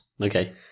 Okay